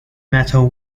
metal